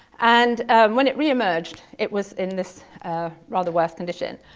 and when it re-emerged it was in this rather worse condition.